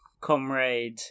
Comrade